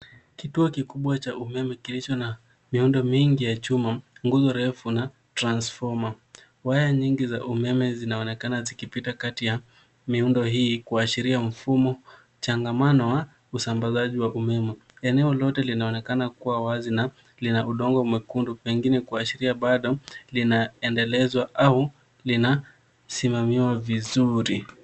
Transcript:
Kituo kikubwa cha umeme kilicho na miundo mingi ya chuma, nguzo refu na transfoma . Waya nyingi za umeme zinaonekana zikipita kati ya miundo hii kuashiria mfumo changamano wa usambazaji wa umeme. Eneo lote linaonekana kuwa wazi na lina udongo mwekundu pengine kuashiria bado linaendelezwa au linasimamiwa vizuri.